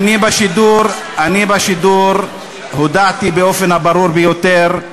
אני בשידור הודעתי באופן הברור ביותר,